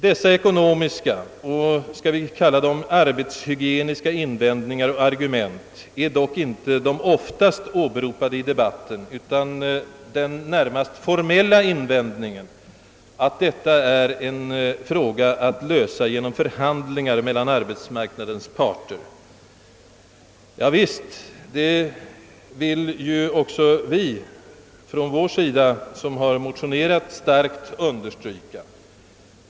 Dessa ekonomiska — och kanske vi också kan kalla dem arbetshygieniska — invändningar och argument är dock inte de i debatten oftast åberopade, utan det är den närmast formella invändningen att detta är en fråga att lösa genom förhandling mellan arbetsmarknadens parter. Javisst, det vill också vi som har motionerat starkt understryka.